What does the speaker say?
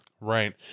right